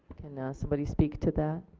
can somebody speak to that?